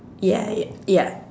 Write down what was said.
ya ya